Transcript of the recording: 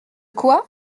quoi